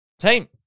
team